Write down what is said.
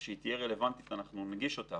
כשהיא תהיה רלוונטית, אנחנו נגיש אותה.